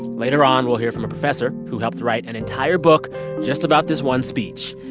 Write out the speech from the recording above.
later on, we'll hear from a professor who helped write an entire book just about this one speech.